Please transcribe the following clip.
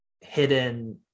hidden